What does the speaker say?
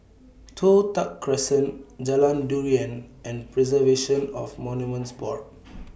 Toh Tuck Crescent Jalan Durian and Preservation of Monuments Board